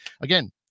again